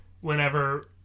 whenever